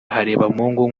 harebamungu